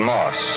Moss